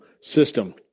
system